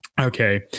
Okay